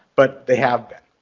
but they have been.